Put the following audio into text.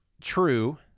True